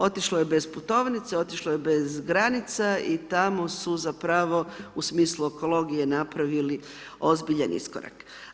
Otišlo je bez putovnice, otišlo je bez granica i tamo su zapravo u smislu ekologije napravili ozbiljan iskorak.